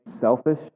selfish